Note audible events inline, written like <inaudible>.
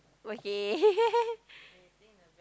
okay <laughs>